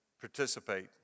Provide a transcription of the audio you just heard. Participate